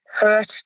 hurt